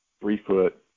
three-foot